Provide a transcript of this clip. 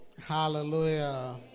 Hallelujah